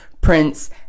Prince